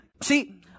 See